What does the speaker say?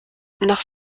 nach